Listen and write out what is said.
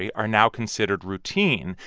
ah are now considered routine.